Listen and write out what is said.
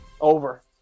Over